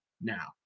now